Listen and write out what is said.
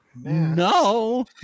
no